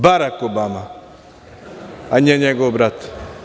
Barak Obama, a ne njegov brat.